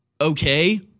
okay